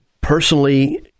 personally